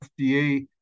FDA